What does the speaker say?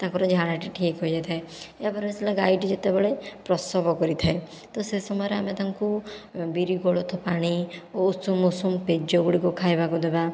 ତାଙ୍କର ଝାଡ଼ାଟା ଠିକ ହୋଇଯାଇଥାଏ ଏହା ପରେ ଆସିଲା ଗାଈଟି ଯେତେବେଳେ ପ୍ରସବ କରିଥାଏ ତ ସେ ସମୟରେ ଆମେ ତାଙ୍କୁ ବିରି କୋଳଥ ପାଣି ଓ ଉଷୁମ ଉଷୁମ ପେଜ ଗୁଡ଼ିକ ଖାଇବାକୁ ଦେବା